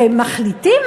ומחליטים,